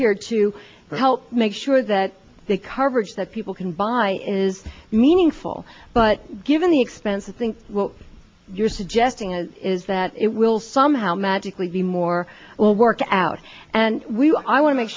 here to help make sure that the coverage that people can buy is meaningful but given the expense of think what you're suggesting is that it will somehow magically be more well worked out and we i want to make